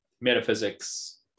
metaphysics